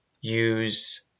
use